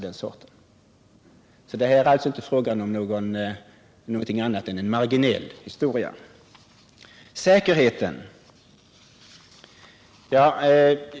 Det är alltså inte fråga om någonting annat än en marginell historia. Sedan till frågan om säkerheten.